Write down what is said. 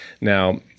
Now